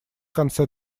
конце